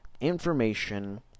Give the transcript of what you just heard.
information